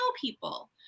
people